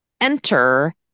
enter